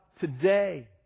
today